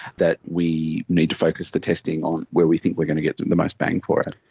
that we need to focus the testing on where we think we going to get the most bang for it.